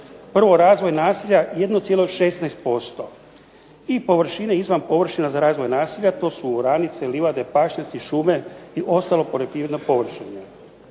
prvo razvoj naselja 1,16% i površine izvan površina za razvoj naselja to su oranice, livade, pašnjaci, šume i ostalog poljoprivrednog površine.